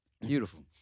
beautiful